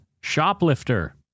Shoplifter